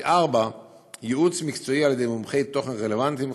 4. ייעוץ מקצועי על ידי מומחי תוכן רלוונטיים,